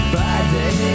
Friday